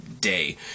day